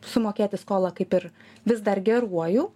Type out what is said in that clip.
sumokėti skolą kaip ir vis dar geruoju